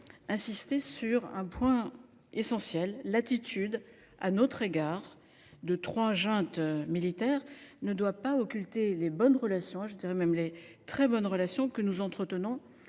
insister sur un point essentiel : l’attitude à notre égard de trois juntes militaires ne doit pas occulter les bonnes relations, je dirai même les très bonnes relations, que nous entretenons